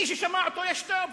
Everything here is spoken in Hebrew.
מי ששמע אותו, יש לו שתי אופציות: